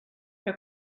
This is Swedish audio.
jag